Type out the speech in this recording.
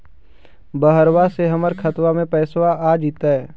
बहरबा से हमर खातबा में पैसाबा आ जैतय?